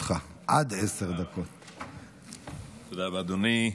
הראשון על סדר-היום,